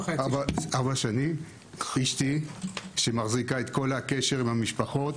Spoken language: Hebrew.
אשתי שמחזיקה את כל הקשר עם המשפחות.